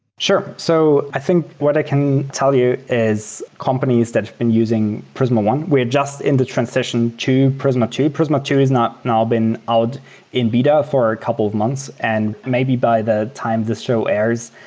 sure. so i think what i can tell you is companies that have been using prisma one. we're just in the transition to prisma two. prisma two is now been out in beta for a couple of months. and maybe by the time this show airs,